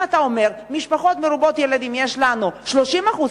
אם אתה אומר: משפחות מרובות ילדים יש לנו 30%?